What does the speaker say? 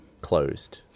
closed